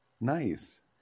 Nice